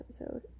episode